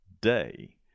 day